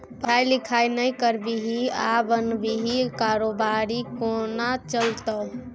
पढ़ाई लिखाई नहि करभी आ बनभी कारोबारी कोना चलतौ